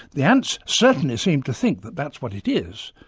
the ants certainly seem to think that that's what it is,